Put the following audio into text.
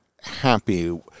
happy